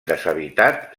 deshabitat